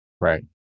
right